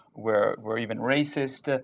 were were even racist.